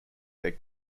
their